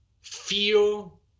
feel